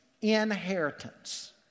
Inheritance